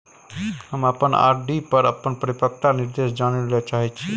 हम अपन आर.डी पर अपन परिपक्वता निर्देश जानय ले चाहय छियै